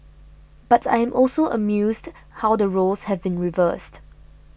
but I am also amused how the roles have been reversed